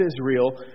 Israel